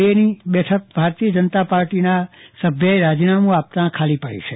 બેની બેઠક ભારતીય જનતા પાર્ટીના સભ્યે રાજીનામુ આપતા ખાલી પડી છે